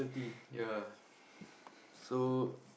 yeah so